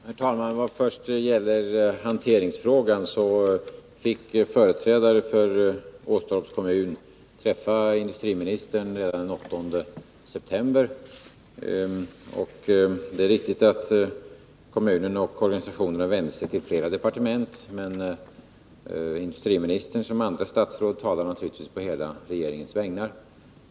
Herr talman! Vad först gäller hanteringsfrågan, så fick företrädare för Åstorps kommun träffa industriministern redan den 8 september. Det är riktigt att kommunen och organisationerna vände sig till flera departement, men industriministern talar naturligtvis, som andra statsråd, på hela regeringens vägnar.